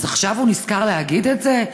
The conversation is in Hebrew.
אז עכשיו הוא נזכר להגיד את זה?